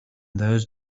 those